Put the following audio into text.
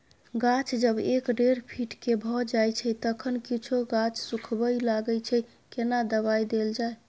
गाछ जब एक डेढ फीट के भ जायछै तखन कुछो गाछ सुखबय लागय छै केना दबाय देल जाय?